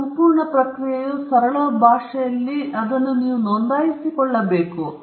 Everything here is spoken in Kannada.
ಈ ಸಂಪೂರ್ಣ ಪ್ರಕ್ರಿಯೆಯು ಸರಳ ಭಾಷೆಯಲ್ಲಿ ನಾವು ಅದನ್ನು ನೋಂದಾಯಿಸಿಕೊಳ್ಳಬಹುದು